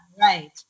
right